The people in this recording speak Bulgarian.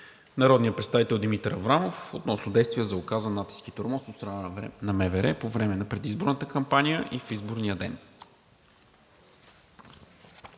народния представител Димитър Аврамов относно действия за оказан натиск и тормоз от страна на МВР по време на предизборната кампания и в изборния ден.